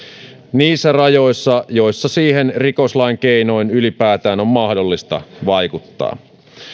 niissä rajoissa joissa siihen rikoslain keinoin ylipäätään on mahdollista vaikuttaa